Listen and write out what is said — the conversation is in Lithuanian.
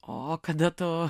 o kada tu